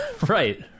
right